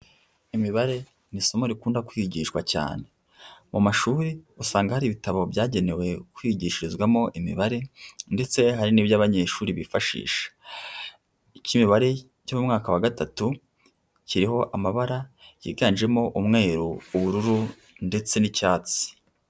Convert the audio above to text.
Imibare ni isomo rikunda kwigishwa cyane, mu mashuri usanga hari ibitabo byagenewe kwigishizwamo imibare ndetse hari n'ibyo abanyeshuri bifasha, ik'imibare cyo mu mwaka wa gatatu kiriho amabara yiganjemo umweru, ubururu ndetse n'icyatsi.